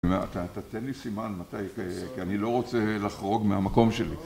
תתן לי סימן מתי, כי אני לא רוצה לחרוג מהמקום שלי.